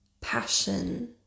passion